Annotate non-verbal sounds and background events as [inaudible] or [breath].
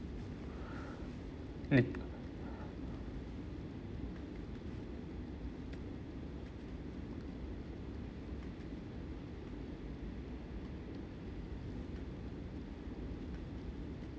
[breath] lit~